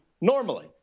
normally